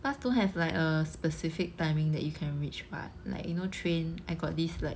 bus don't have like a specific timing that you can reach what like you know train I got this like